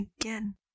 again